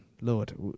Lord